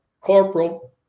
corporal